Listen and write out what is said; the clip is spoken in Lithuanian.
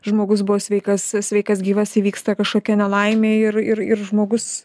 žmogus buvo sveikas sveikas gyvas įvyksta kažkokia nelaimė ir ir ir žmogus